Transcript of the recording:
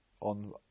on